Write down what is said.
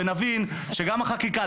ונבין שגם החקיקה,